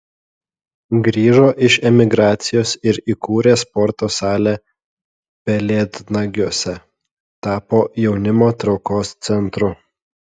grįžo iš emigracijos ir įkūrė sporto salę pelėdnagiuose tapo jaunimo traukos centru